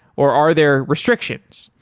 or are there restrictions?